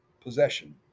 possession